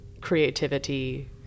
creativity